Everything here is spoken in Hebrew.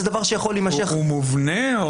הוא מובנה?